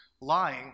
lying